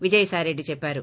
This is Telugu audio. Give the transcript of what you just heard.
విజయసాయిరెడ్డి చెప్పారు